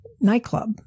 nightclub